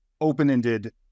open-ended